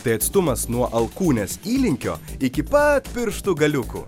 tai atstumas nuo alkūnės įlinkio iki pat pirštų galiukų